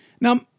Now